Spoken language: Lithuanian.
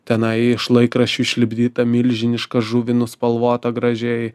tenai iš laikraščių išlipdytą milžinišką žuvį nuspalvotą gražiai